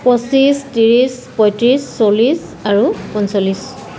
পঁচিছ ত্ৰিছ পঁয়ত্ৰিছ চল্লিছ আৰু পঞ্চল্লিছ